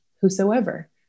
whosoever